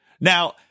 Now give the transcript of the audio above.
Now